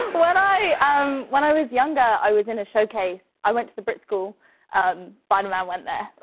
when i um when i was younger, i was in a showcase. i went to the brit school spider-man went there.